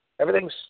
everything's